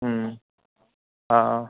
हुँ हँ